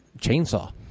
chainsaw